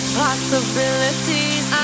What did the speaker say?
possibilities